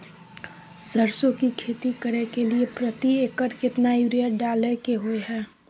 सरसो की खेती करे के लिये प्रति एकर केतना यूरिया डालय के होय हय?